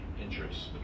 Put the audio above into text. interests